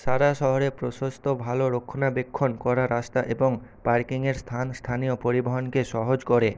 সারা শহরে প্রশস্ত ভাল রক্ষণাবেক্ষণ করা রাস্তা এবং পার্কিংয়ের স্থান স্থানীয় পরিবহনকে সহজ করে